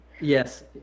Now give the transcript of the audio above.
Yes